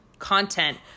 content